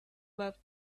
left